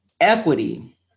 equity